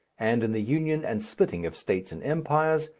and in the union and splitting of states and empires,